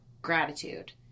gratitude